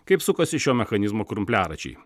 kaip sukasi šio mechanizmo krumpliaračiai